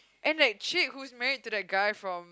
and like chick who is married to the guy from